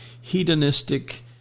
hedonistic